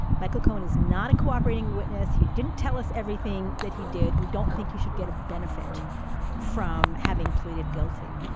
michael cohen is not a cooperating witness. he didn't tell us everything that he did. we don't think he should get a benefit from having pleaded guilty.